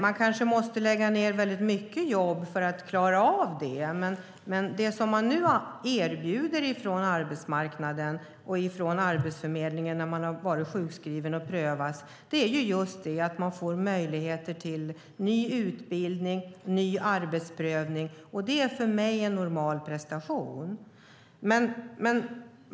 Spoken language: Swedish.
Man kanske måste lägga ned mycket jobb för att klara av det, men det som nu erbjuds från arbetsmarknaden och från Arbetsförmedlingen till dem som varit sjukskrivna och prövas är att de får möjlighet till ny utbildning och ny arbetsprövning. Det är för mig en normal prestation.